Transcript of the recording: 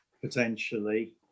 potentially